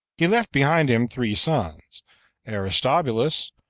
he left behind him three sons aristobulus,